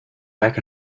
back